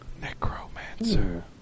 Necromancer